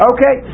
Okay